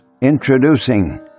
Introducing